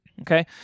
Okay